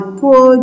poor